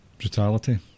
brutality